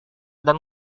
dan